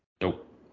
Nope